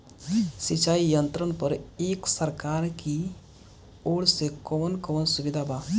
सिंचाई यंत्रन पर एक सरकार की ओर से कवन कवन सुविधा बा?